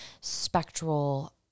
spectral